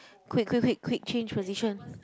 quick quick quick quick change position